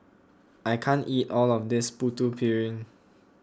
I can't eat all of this Putu Piring